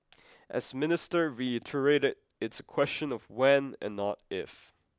as Minister reiterated it's a question of when and not if